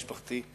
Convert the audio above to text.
משפחתי,